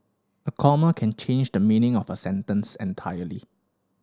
a comma can change the meaning of a sentence entirely